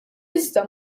iżda